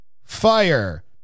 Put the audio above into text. fire